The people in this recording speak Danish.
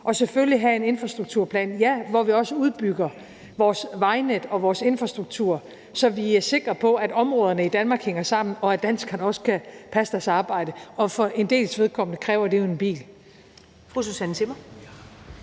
og selvfølgelig at have en infrastrukturplan, ja, hvor vi også udbygger vores vejnet og vores infrastruktur, så vi er sikre på, at områderne i Danmark hænger sammen, og at danskerne også kan passe deres arbejde. Og for en dels vedkommende kræver det jo en bil.